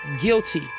guilty